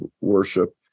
worship